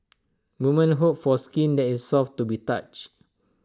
woman hope for skin that is soft to the touch